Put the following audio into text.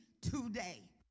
today